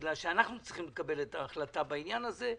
כי אנחנו צריכים לקבל את ההחלטה בעניין הזה,